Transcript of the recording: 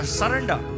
surrender